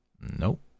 Nope